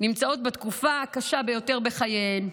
נמצאות בתקופה הקשה ביותר בחייהן.